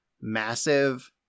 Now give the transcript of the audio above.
massive